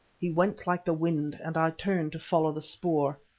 he went like the wind, and i turned to follow the spoor.